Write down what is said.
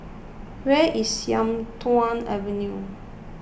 where is Sian Tuan Avenue